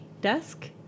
desk